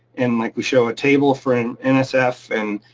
and like we show a table for and and so nsf and